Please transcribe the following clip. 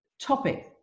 topic